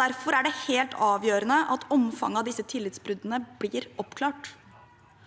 Derfor er det helt avgjørende at omfanget av disse tillitsbruddene blir oppklart.